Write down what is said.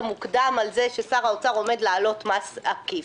מוקדם על זה ששר האוצר עומד להעלות מס עקיף.